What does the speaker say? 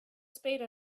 spade